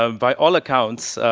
um by all accounts,